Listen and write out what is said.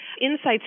insights